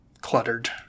Cluttered